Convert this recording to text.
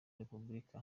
repubulika